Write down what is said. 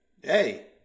Hey